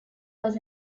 was